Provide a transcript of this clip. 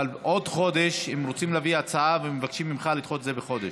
אבל עוד חודש הם רוצים להביא הצעה ומבקשים ממך לדחות את זה בחודש.